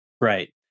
right